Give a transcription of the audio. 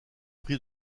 pris